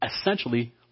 essentially